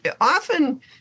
often